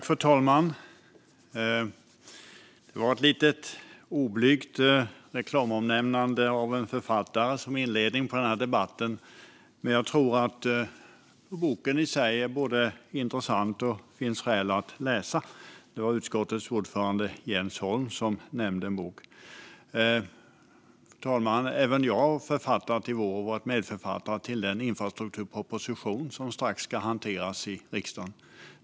Fru talman! Det var ett lite oblygt reklamomnämnande av en författare som inledning på debatten. Jag tror att boken i sig är intressant och att det finns skäl att läsa den. Det var utskottets ordförande Jens Holm som nämnde en bok. Fru talman! Även jag har författat i vår. Jag har varit medförfattare till den infrastrukturproposition som strax ska hanteras i riksdagen.